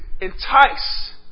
entice